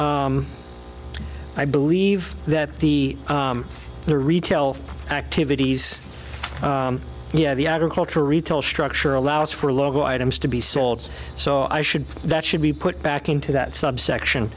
i believe that the the retail activities yeah the agriculture retail structure allows for local items to be sold so i should that should be put back into that subsection